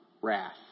wrath